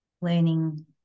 learning